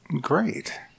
Great